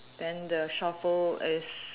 then the shovel is